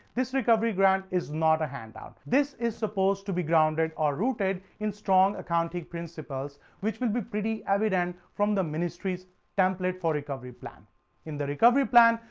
this recovery grant is not a handout this is supposed to be grounded or rooted in accounting principles, which will be pretty evident from the ministry's template for recovery plan in the recovery plan,